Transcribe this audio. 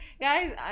Guys